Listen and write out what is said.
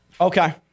Okay